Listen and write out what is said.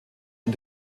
und